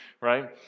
right